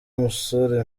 musore